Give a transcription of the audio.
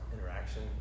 interaction